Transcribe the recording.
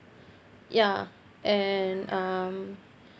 ya and um